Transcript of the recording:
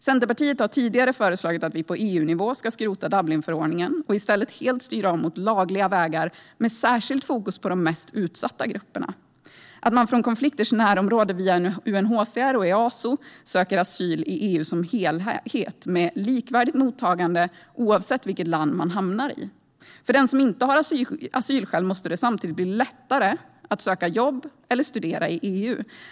Centerpartiet har tidigare föreslagit att vi på EU-nivå ska skrota Dublinförordningen och i stället helt styra om mot lagliga vägar med särskilt fokus på de mest utsatta. Från konflikters närområden ska man via UNHCR och Easo söka asyl i EU som helhet, med likvärdigt mottagande oavsett vilket land man hamnar i. För den som inte har asylskäl måste det samtidigt bli lättare att söka jobb eller studera i EU.